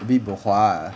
a bit bo hua